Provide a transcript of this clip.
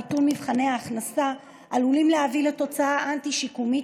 ביטול מבחני ההכנסה עלול להביא לתוצאה אנטי-שיקומית